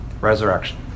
Resurrection